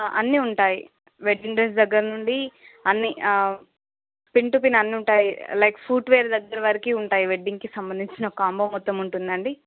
అన్ని ఉంటాయి wedding dress దగ్గర నుండి అన్ని పిన్ టూ పిన్ అన్ని ఉంటాయి లైక్ ఫూట్ వేర్ దగ్గరవరకు వెడ్డింగ్కి సంబందించిన కాంబో మొత్తం ఉంటుందండి